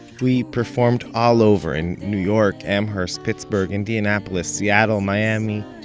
we performed all over, in new york, amherst, pittsburgh, indianapolis, seattle, miami.